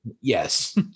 Yes